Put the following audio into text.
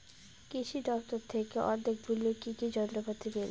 কৃষি দফতর থেকে অর্ধেক মূল্য কি কি যন্ত্রপাতি মেলে?